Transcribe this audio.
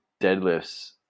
deadlifts